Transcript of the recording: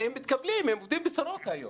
הם מתקבלים, הם עובדים בסורוקה היום.